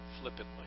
flippantly